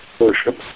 worship